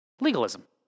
Legalism